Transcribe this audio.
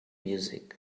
music